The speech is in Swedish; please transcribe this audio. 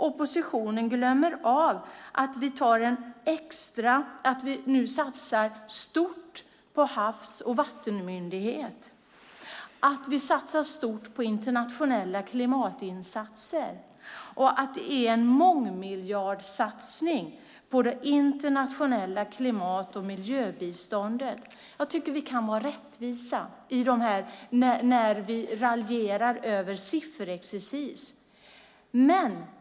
Oppositionen glömmer av att vi nu satsar stort på en havs och vattenmyndighet, att vi satsar stort på internationella klimatinsatser och att det görs en mångmiljardsatsning på det internationella klimat och miljöbiståndet. Jag tycker att vi kan vara rättvisa när vi raljerar med sifferexercis.